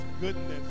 goodness